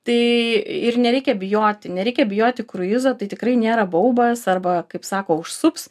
tai ir nereikia bijoti nereikia bijoti kruizo tai tikrai nėra baubas arba kaip sako užsuks